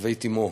בבית אמו.